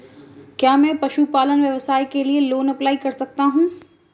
क्या मैं पशुपालन व्यवसाय के लिए लोंन अप्लाई कर सकता हूं?